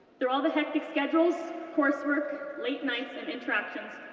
through all the hectic schedules, coursework, late nights, and interactions,